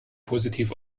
positiv